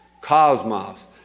Cosmos